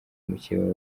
mukeba